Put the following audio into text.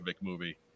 movie